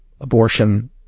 abortion